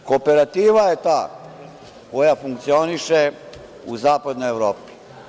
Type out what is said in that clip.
Kooperativa je ta koja funkcioniše u Zapadnoj Evropi.